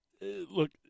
Look